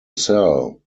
sell